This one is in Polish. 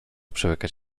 przełykać